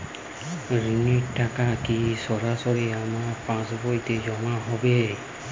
ঋণের টাকা কি সরাসরি আমার পাসবইতে জমা হবে?